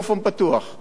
הדבר השני,